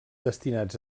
destinats